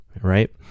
Right